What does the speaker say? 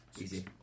easy